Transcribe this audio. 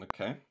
Okay